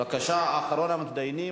בבקשה, אחרון המתדיינים.